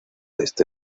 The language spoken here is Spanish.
este